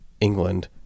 England